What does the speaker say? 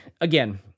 again